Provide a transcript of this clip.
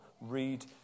Read